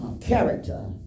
character